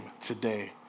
today